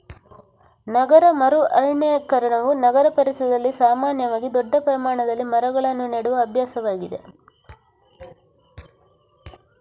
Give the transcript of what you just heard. ನಗರ ಮರು ಅರಣ್ಯೀಕರಣವು ನಗರ ಪರಿಸರದಲ್ಲಿ ಸಾಮಾನ್ಯವಾಗಿ ದೊಡ್ಡ ಪ್ರಮಾಣದಲ್ಲಿ ಮರಗಳನ್ನು ನೆಡುವ ಅಭ್ಯಾಸವಾಗಿದೆ